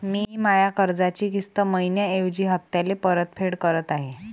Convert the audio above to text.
मी माया कर्जाची किस्त मइन्याऐवजी हप्त्याले परतफेड करत आहे